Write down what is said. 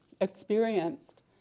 experienced